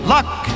Luck